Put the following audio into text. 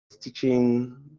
teaching